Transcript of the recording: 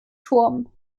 turm